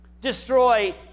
Destroy